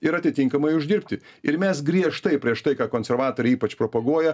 ir atitinkamai uždirbti ir mes griežtai prieš tai ką konservatoriai ypač propaguoja